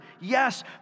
Yes